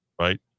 right